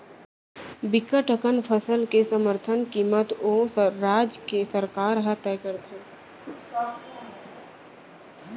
बिकट अकन फसल के समरथन कीमत ओ राज के सरकार ह तय करथे